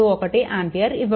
31 ampere ఇవ్వబడింది